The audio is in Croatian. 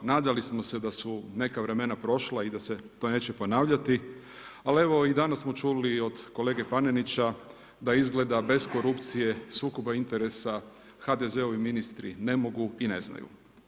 Nadali smo se da su neka vremena prošla i da se to neće ponavljati, ali evo, ovih dana smo čuli i od kolege Panenića, da izgleda bez korupcije, sukoba interesa HDZ-ovi ministri ne mogu i ne znaju.